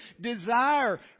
desire